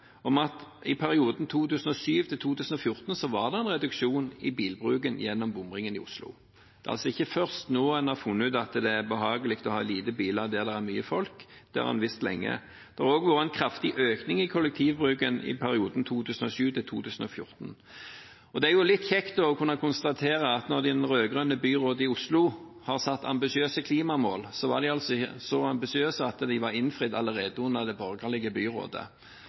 om at i perioden 2007–2014 var det en reduksjon i bilbruken gjennom bomringen i Oslo. Det er altså ikke først nå at en har funnet ut at det er behagelig å ha få biler der det er mye folk – det har en visst lenge. Det har også vært en kraftig økning i kollektivtransportbruken i perioden 2007–2014. Det er også litt kjekt å konstatere at når det rød-grønne byrådet i Oslo har satt ambisiøse klimamål, var de så ambisiøse at de var innfridd allerede under det borgerlige byrådet,